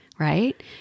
right